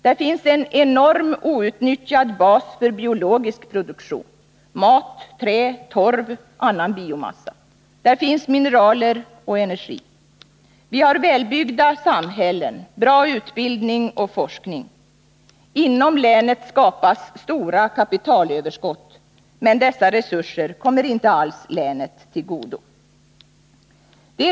Där finns en enorm outnyttjad bas för biologisk produktion — mat, trä, torv och annan biomassa — mineraler och energi. Vi har välbyggda samhällen, bra utbildning och forskning. Inom länet skapas stora kapitalöverskott. Men dessa resurser kommer inte alls länet till godo.